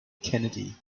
kennedy